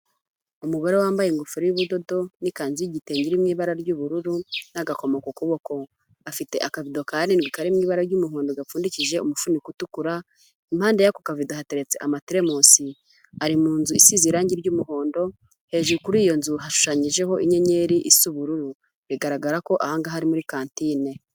Umugore wambaye ingofero y'ubudodo n'ikanzu y'igitenge iri mu ibara ry'ubururu n'agakomo ku kuboko, afite akabido ka arindwi karimo ibara ry'umuhondo gapfundikije umufuniko utukura, impande y'ako kavido hateretse amateremusi ari mu nzu isize irangi ry'umuhondo, hejuru kuri iyo nzu hashushanyijeho inyenyeri isa ubururu, bigaragara ko aha ngaha ari muri kantine.